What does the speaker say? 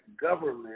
government